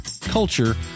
culture